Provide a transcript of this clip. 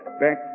back